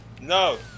No